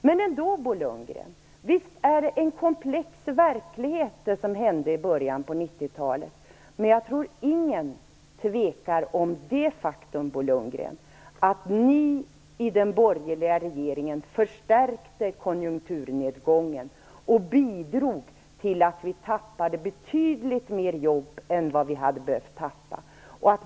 Men visst var det en komplex verklighet det som hände i början av 90-talet, men jag tror inte att någon tvivlar på det faktum att ni i den borgerliga regeringen förstärkte konjunkturnedgången och bidrog till att vi tappade betydligt fler jobb än vad vi hade behövt att tappa.